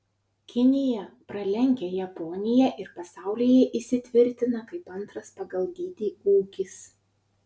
kinija pralenkia japoniją ir pasaulyje įsitvirtina kaip antras pagal dydį ūkis